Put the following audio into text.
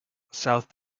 south